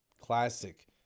Classic